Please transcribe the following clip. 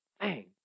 bang